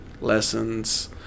lessons